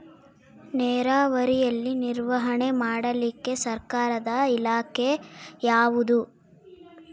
ನೇರಾವರಿಯಲ್ಲಿ ನಿರ್ವಹಣೆ ಮಾಡಲಿಕ್ಕೆ ಸರ್ಕಾರದ ಇಲಾಖೆ ಯಾವುದು?